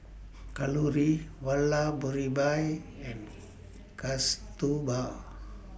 Kalluri Vallabhbhai and Kasturba